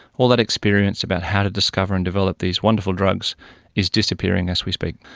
all that experience about how to discover and develop these wonderful drugs is disappearing as we speak.